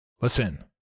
Listen